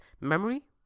memory